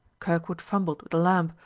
kirkwood fumbled with the lamp,